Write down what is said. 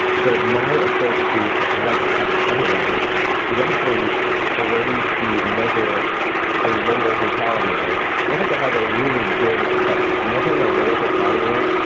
so my approach to let's test everybody is actually a way to measure a lower fatality rate. and i think that has a really good effect, measuring a lower fatality rate.